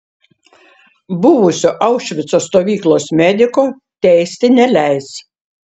buvusio aušvico stovyklos mediko teisti neleis